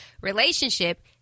relationship